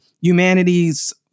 humanity's